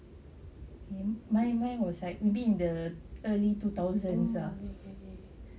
mine was like maybe in the early two thousands ah